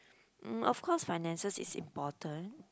mm of course finances is important